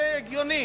זה הגיוני,